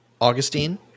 Augustine